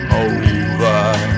over